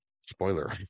Spoiler